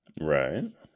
right